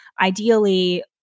ideally